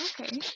Okay